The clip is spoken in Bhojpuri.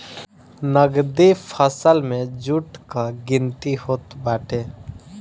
नगदी फसल में जुट कअ गिनती होत बाटे